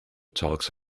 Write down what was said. talks